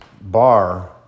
bar